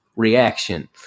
reaction